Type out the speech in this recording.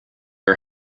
are